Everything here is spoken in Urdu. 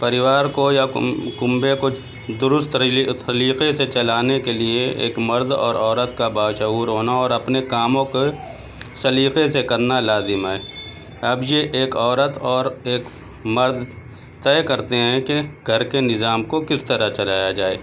پریوار کو یا کنبے کو درست سلیقے سے چلانے کے لیے ایک مرد اور عورت کا باشعور ہونا اور اپنے کاموں کو سلیقے سے کرنا لازم ہے اب یہ ایک عورت اور ایک مرد طے کرتے ہیں کہ گھر کے نظام کو کس طرح چلایا جائے